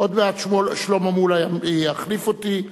עוד מעט שלמה מולה יחליף אותי,